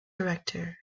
director